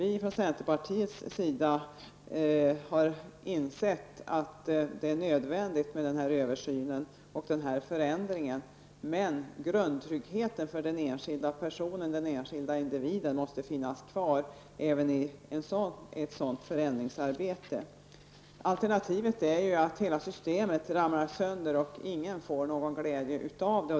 I centerpartiet har vi insett att det är nödvändigt med en översyn och en förändring, men grundtryggheten för den enskilda individen måste finnas kvar. Alternativet är ju att hela systemet ramlar sönder och ingen får någon glädje av det.